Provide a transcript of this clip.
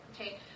okay